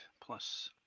plus